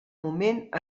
moment